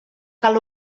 cal